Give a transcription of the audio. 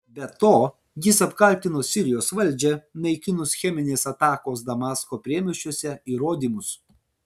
be to jis apkaltino sirijos valdžią naikinus cheminės atakos damasko priemiesčiuose įrodymus